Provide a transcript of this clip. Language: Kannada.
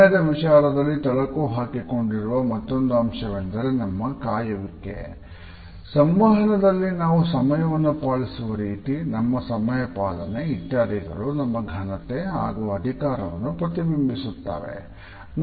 ಸಮಯದ ವಿಚಾರದಲ್ಲಿ ತಳುಕು ಹಾಕಿಕೊಂಡಿರುವ ಮತ್ತೊಂದು ಅಂಶವೆಂದರೆ ನಮ್ಮ ಕಾಯುವಿಕೆ ಸಂವಹನದಲ್ಲಿ ನಾವು ಸಮಯ ಪಾಲಿಸುವ ರೀತಿ ನಮ್ಮ ಸಮಯಪಾಲನೆ ಇತ್ಯಾದಿಗಳು ನಮ್ಮ ಘನತೆ ಮತ್ತು ಅಧಿಕಾರವನ್ನು ಪ್ರತಿಬಿಂಬಿಸುತ್ತವೆ